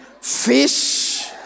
fish